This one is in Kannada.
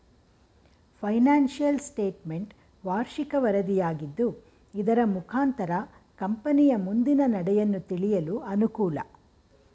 ಫೈನಾನ್ಸಿಯಲ್ ಸ್ಟೇಟ್ಮೆಂಟ್ ವಾರ್ಷಿಕ ವರದಿಯಾಗಿದ್ದು ಇದರ ಮುಖಾಂತರ ಕಂಪನಿಯ ಮುಂದಿನ ನಡೆಯನ್ನು ತಿಳಿಯಲು ಅನುಕೂಲ